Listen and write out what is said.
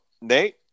Nate